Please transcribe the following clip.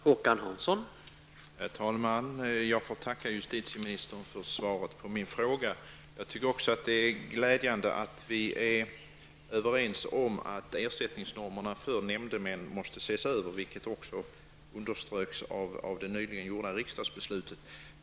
Herr talman! Jag får tacka justitieministern för svaret på min fråga. Jag tycker också att det är glädjande att vi är överens om att ersättningsnormerna för nämndemän måste ses över, vilket underströks av det nyligen fattade riksdagsbeslutet.